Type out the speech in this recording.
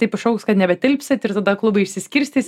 taip išaugs kad nebetilpsit ir tada klubai išsiskirstys